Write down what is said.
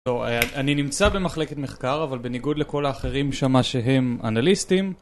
אני נמצא במחלקת מחקר, אבל בניגוד לכל האחרים שמה שהם אנליסטים.